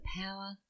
power